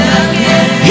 again